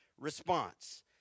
response